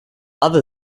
other